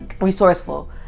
resourceful